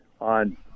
on